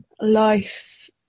life